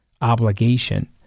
obligation